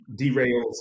derails